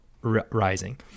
rising